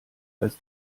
als